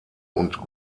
und